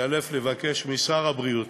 ניאלץ לבקש משר הבריאות,